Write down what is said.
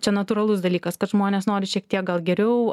čia natūralus dalykas kad žmonės nori šiek tiek gal geriau